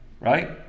right